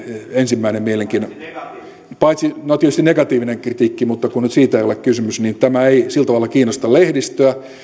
ensimmäinen mielenkiinnon no tietysti negatiivinen kritiikki mutta kun nyt siitä ei ole kysymys niin tämä ei sillä tavalla kiinnosta lehdistöä